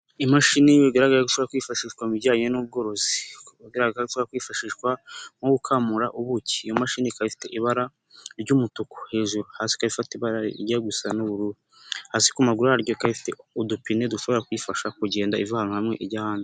Imashini bigaragara ko ishobora kwifashishwa mu bijyanye n'ubworozi, bigaragara ko ishobora kwifashishwa nko gukamura ubuki, iyo mashini ifite ibara ry'umutuku hejuru, hasi ikaba ifite ibara rijya gusa n'ubururu, hasi ku maguru yayo ikaba ifite udupine dushobora kuyifasha kugenda iva ahantu hamwe ijya ahandi.